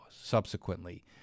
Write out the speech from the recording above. subsequently